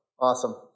Awesome